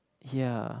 ya